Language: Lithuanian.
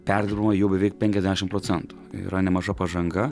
perdirbama jau beveik penkiasdešimt procentų yra nemaža pažanga